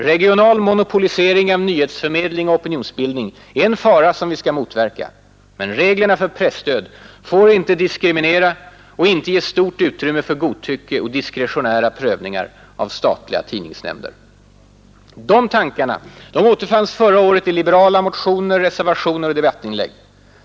Regional monopolisering av nyhetsförmedling och opinionsbildning är en fara som vi skall motverka. Men reglerna för presstöd får inte diskriminera och inte ge stort utrymme för godtycke och diskretionära prövningar av statliga tidningsnämnder. De tankarna återfanns förra året i liberala motioner, reservationer och debattinlägg.